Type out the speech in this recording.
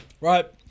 right